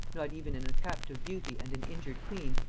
not even in a captive beauty and an injured queen,